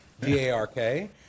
D-A-R-K